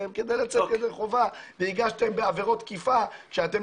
הם כדי לצאת ידי חובה והגשתם בעבירות תקיפה כשיש לכם,